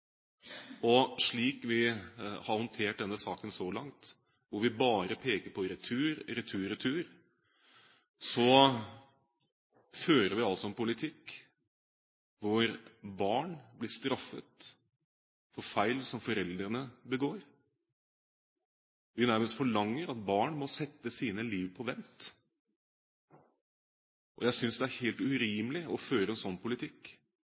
og slik vi har håndtert denne saken så langt, hvor vi bare peker på retur, retur, retur, fører vi altså en politikk der barn blir straffet for feil som foreldrene begår. Vi nærmest forlanger at barn må sette sine liv på vent, og jeg synes det er helt urimelig å føre en sånn politikk